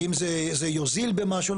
האם זה יוזיל במשהו?